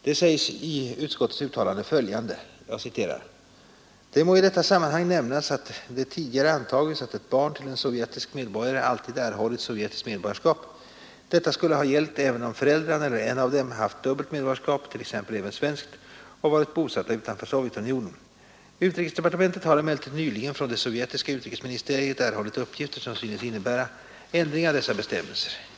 Det sägs i utskottets uttalande följande: ”Det må i detta sammanhang nämnas att det tidigare antagits att ett barn till en sovjetisk medborgare alltid erhållit sovjetiskt medborgarskap. Detta skulle ha gällt även om föräldrarna haft dubbelt medborgarskap — t.ex. även svenskt — och varit bosatta utanför Sovjetunionen. Utrikesdepartementet har emellertid nyligen från det sovjetiska utrikesministeriet erhållit uppgifter som synes innebära en ändring av dessa bestämmelser.